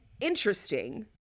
interesting